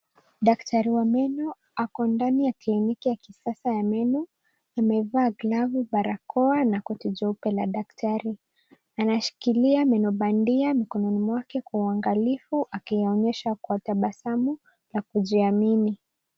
Daktari wa meno ako ndani ya klini ya kisasa ya meno. Amevaa glavu barakoa na koti jeupe la daktari. Anashikilia meno bandia mkononi mwake kwa uangalifu akionyesha kwa tabasamu na kujiamini.